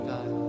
God